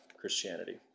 Christianity